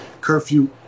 curfew